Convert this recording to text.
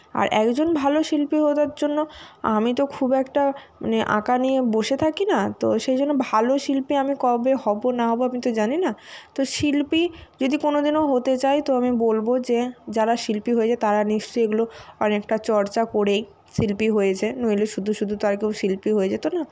আর একজন ভালো শিল্পী হয়ে ওঠার জন্য আমি তো খুব একটা মানে আঁকা নিয়ে বসে থাকি না তো সেই জন্য ভালো শিল্পী আমি কবে হব না হব আমি তো জানি না তো শিল্পী যদি কোনোদিনও হতে চাই তো আমি বলবো যে যারা শিল্পী হয়েছে তারা নিশ্চয়ই এগুলো অনেকটা চর্চা করেই শিল্পী হয়েছে নইলে শুধু শুধু তো আর কেউ শিল্পী হয়ে যেত না